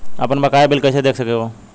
आपन बकाया बिल कइसे देखे के हौ?